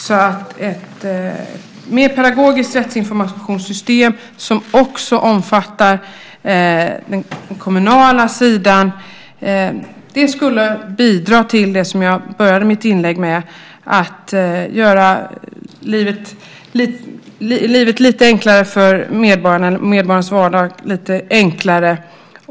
Ett mer pedagogiskt rättsinformationssystem som även omfattar den kommunala sidan skulle alltså bidra till det som jag inledde mitt anförande med, nämligen göra medborgarnas vardag lite enklare.